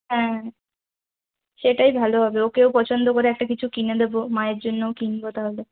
হ্যাঁ সেটাই ভালো হবে ওকেও পছন্দ করে একটা কিছু কিনে দেবো মায়ের জন্যেও কিনব তাহলে